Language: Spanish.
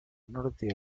norte